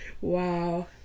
Wow